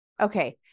Okay